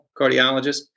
cardiologist